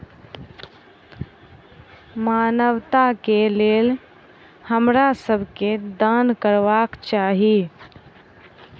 मानवता के लेल हमरा सब के दान करबाक चाही